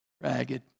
ragged